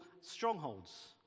strongholds